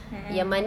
mm mm